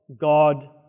God